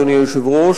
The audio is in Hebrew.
אדוני היושב-ראש,